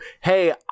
hey